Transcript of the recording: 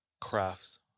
crafts